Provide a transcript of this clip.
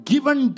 Given